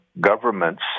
governments